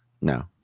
No